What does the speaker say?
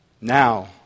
Now